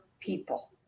people